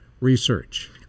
research